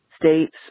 states